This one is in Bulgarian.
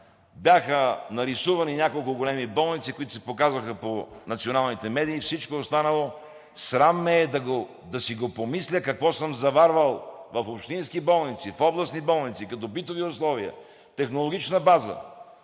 бяха нарисувани няколко големи болници, които се показваха по националните медии, всичко останало – срам ме е да си го помисля какво съм заварвал в общински болници, в областни болници, като битови условия, технологична база,